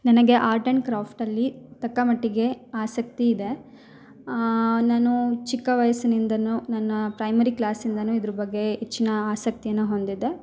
ನನಗೆ art and ಕ್ರಾಫ್ಟಲ್ಲಿ ತಕ್ಕ ಮಟ್ಟಿಗೆ ಆಸಕ್ತಿ ಇದೆ ನಾನು ಚಿಕ್ಕ ವಯಸ್ಸಿನಿಂದನು ನನ್ನ ಪ್ರೈಮರಿ ಕ್ಲಾಸ್ ಇಂದನು ಇದ್ರ ಬಗ್ಗೆ ಹೆಚ್ಚಿನ ಆಸಕ್ತಿಯನ್ನ ಹೊಂದಿದ್ದೆ